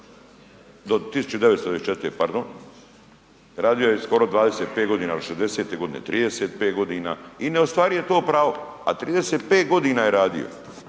do 1994. pardon, radio je skoro 25.g., od '60.-te godine 35.g. i ne ostvaruje to pravo, a 35.g. je radio